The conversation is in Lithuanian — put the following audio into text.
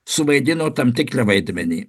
suvaidino tam tikrą vaidmenį